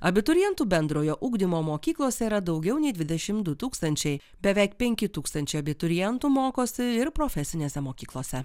abiturientų bendrojo ugdymo mokyklose yra daugiau nei dvidešimt du tūkstančiai beveik penki tūkstančiai abiturientų mokosi ir profesinėse mokyklose